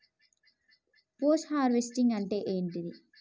Post harvesting అంటే ఏంటిది?